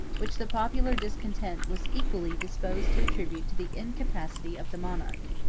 which the popular discontent was equally disposed to attribute to the incapacity of the monarch.